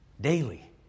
daily